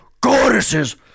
goddesses